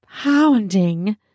pounding